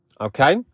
okay